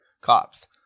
cops